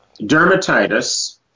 dermatitis